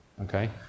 okay